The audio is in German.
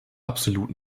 absolut